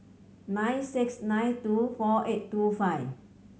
nine six nine two four eight two five